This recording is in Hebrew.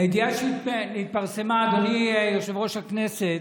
הידיעה שהתפרסמה, אדוני יושב-ראש הכנסת,